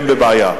הם בבעיה.